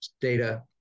data